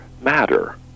matter